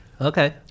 okay